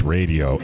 Radio